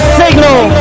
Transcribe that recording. signal